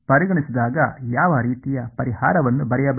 ಆದ್ದರಿಂದ ನಾನು ಎಂದು ಪರಿಗಣಿಸಿದಾಗ ಯಾವ ರೀತಿಯ ಪರಿಹಾರವನ್ನು ಬರೆಯಬಲ್ಲೆ